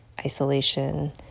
isolation